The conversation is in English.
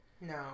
no